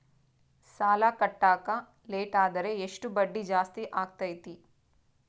ಸಾಲ ಕಟ್ಟಾಕ ಲೇಟಾದರೆ ಎಷ್ಟು ಬಡ್ಡಿ ಜಾಸ್ತಿ ಆಗ್ತೈತಿ?